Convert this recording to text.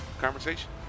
conversation